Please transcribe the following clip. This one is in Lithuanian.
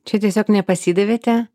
čia tiesiog nepasidavėte